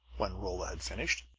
when rolla had finished.